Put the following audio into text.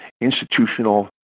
institutional